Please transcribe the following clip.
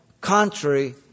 contrary